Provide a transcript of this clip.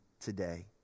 today